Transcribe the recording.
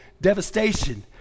devastation